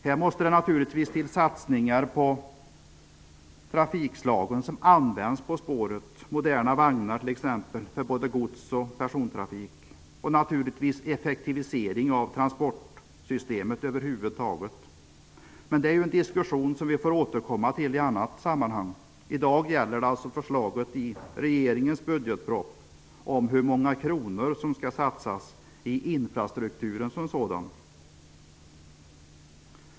Det måste till satsningar på de trafikslag som används på spåren, t.ex. moderna vagnar för både gods och persontrafik. Dessutom behövs naturligtvis en effektivisering av transportsystemet över huvud taget. Men det är en diskussion som vi får återkomma till i ett annat sammanhang. I dag gäller debatten förslaget i regeringens budgetproposition om hur många kronor som skall satsas på infrastrukturen som sådan.